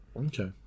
Okay